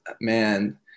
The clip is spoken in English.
man